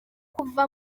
kuva